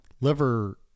liver